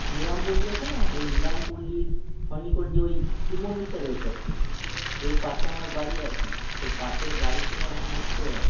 নিলামপল্লী আছে না ঐ নিলামপল্লীর সন্নিকট যে ঐ শিব মন্দিরটা রয়েছে আর কি ওই পাশে আমার বাড়ি আর কি তো পাশের বাড়িতে আমি হচ্ছে